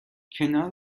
کنار